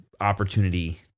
opportunity